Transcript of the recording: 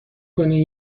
کنی